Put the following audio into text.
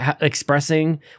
expressing